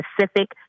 specific